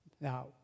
Now